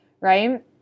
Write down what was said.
right